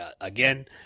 Again